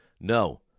No